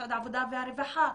למשרד העבודה והרווחה,